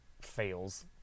fails